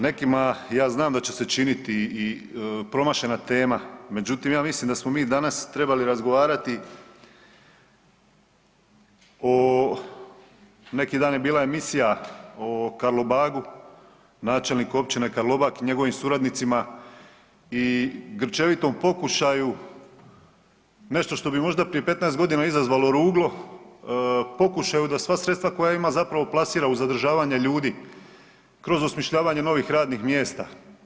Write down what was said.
Nekima ja znam da će se činiti i promašena tema, međutim ja mislim da smo mi danas trebali razgovarati o neki dan je bila emisija o Karlobagu načelnik Općine Karlobag i njegovim suradnicima i grčevitom pokušaju nešto što bi možda prije 15 godina izazvalo ruglo pokušaju da sva sredstva koja ima zapravo plasira u zadržavanje ljudi kroz osmišljavanje novih radnih mjesta.